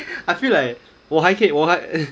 I feel like 我还可以我还